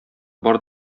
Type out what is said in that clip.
бар